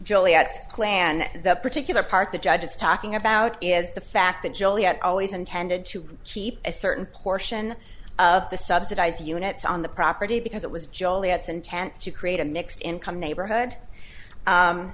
joliet clan the particular part the judge is talking about is the fact that juliet always intended to keep a certain portion of the subsidize units on the property because it was joli its intent to create a mixed income neighborhood